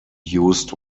used